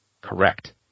Correct